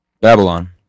Babylon